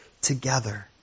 together